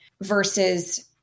versus